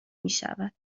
میشود